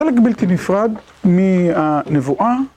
חלק בלתי נפרד מהנבואה